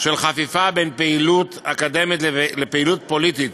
של חפיפה בין פעילות אקדמית לפעילות פוליטית